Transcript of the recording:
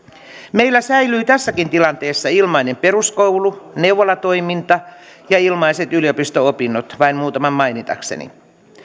meillä säilyvät tässäkin tilanteessa ilmainen peruskoulu neuvolatoiminta ja ilmaiset yliopisto opinnot vain muutaman mainitakseni